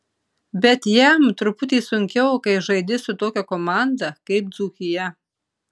bet jam truputį sunkiau kai žaidi su tokia komanda kaip dzūkija